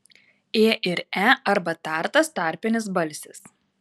ė ir e arba tartas tarpinis balsis